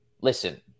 Listen